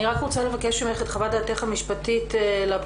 אני רק רוצה לבקש ממך את חוות דעתך המשפטית לפרוטוקול,